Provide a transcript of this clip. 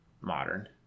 modern